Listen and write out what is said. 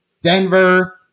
Denver